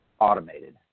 automated